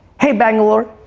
hey, bangalore.